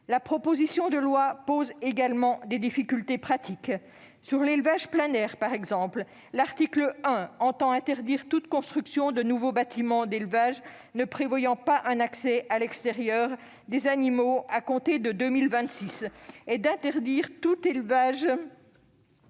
La proposition de loi pose également des difficultés pratiques. En ce qui concerne l'élevage en plein air, par exemple, l'article 1 entend interdire toute construction de nouveaux bâtiments d'élevage ne prévoyant pas un accès à l'extérieur des animaux à compter de 2026 et interdire tout élevage